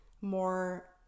more